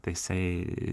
tai jisai